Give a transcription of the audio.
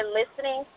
listening